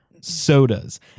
sodas